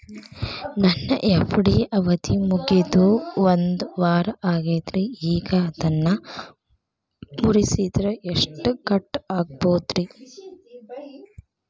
ನನ್ನ ಎಫ್.ಡಿ ಅವಧಿ ಮುಗಿದು ಒಂದವಾರ ಆಗೇದ್ರಿ ಈಗ ಅದನ್ನ ಮುರಿಸಿದ್ರ ಎಷ್ಟ ಕಟ್ ಆಗ್ಬೋದ್ರಿ?